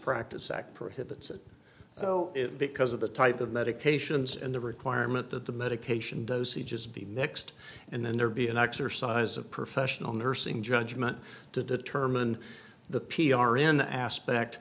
practice act prohibits it so it because of the type of medications and the requirement that the medication dosages be mixed and then there be an exercise of professional nursing judgment to determine the p r in aspect